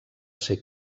ser